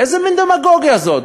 איזה מין דמגוגיה זאת?